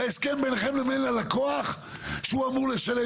ההסכם ביניכם לבין הלקוח שהוא אמור לשלם